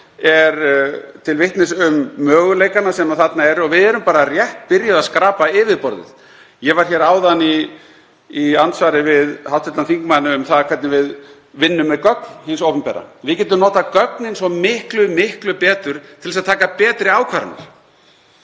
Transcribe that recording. er til vitnis um möguleikana sem þarna eru og við erum bara rétt byrjuð að skrapa yfirborðið. Ég var áðan í andsvari við hv. þingmann um hvernig við vinnum með gögn hins opinbera. Við getum notað gögnin svo miklu betur til að taka betri ákvarðanir